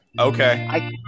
Okay